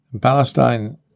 Palestine